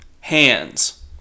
hands